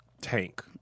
tank